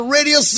Radio